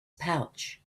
pouch